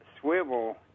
swivel